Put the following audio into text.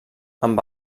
amb